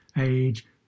age